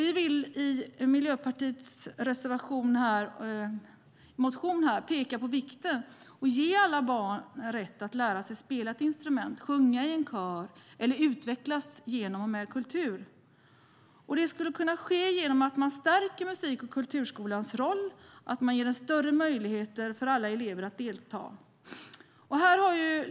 Vi vill i Miljöpartiets motion peka på vikten av att ge alla barn rätt att lära sig spela ett instrument, sjunga i kör eller utvecklas genom och med kultur. Det skulle kunna ske genom att stärka musik och kulturskolans roll och ge större möjligheter för alla elever att delta.